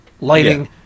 lighting